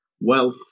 wealth